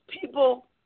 people